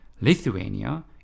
Lithuania